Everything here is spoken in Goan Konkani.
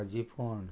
पाजीफोण